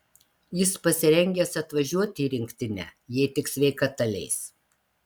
jis pasirengęs atvažiuoti į rinktinę jei tik sveikata leis